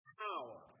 power